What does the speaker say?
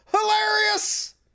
Hilarious